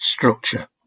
Structure